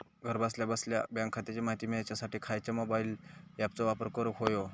घरा बसल्या बसल्या बँक खात्याची माहिती मिळाच्यासाठी खायच्या मोबाईल ॲपाचो वापर करूक होयो?